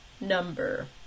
number